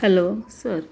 hello sir